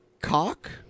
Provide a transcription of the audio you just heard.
cock